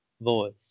voice